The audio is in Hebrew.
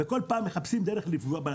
וכל פעם מחפשים דרך לפגוע.